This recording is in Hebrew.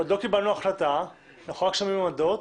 עוד לא קיבלנו החלטה אלא אנחנו שומעים עמדות.